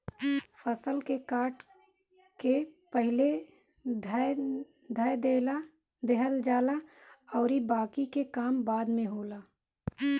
फसल के काट के पहिले धअ देहल जाला अउरी बाकि के काम बाद में होला